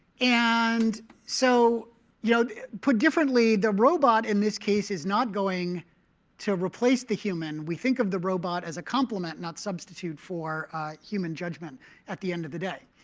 and so you know put differently, the robot in this case is not going to replace the human. we think of the robot as a complement, not substitute, for human judgment at the end of the day.